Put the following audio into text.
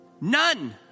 None